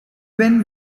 when